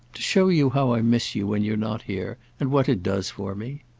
to show you how i miss you when you're not here, and what it does for me.